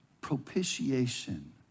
propitiation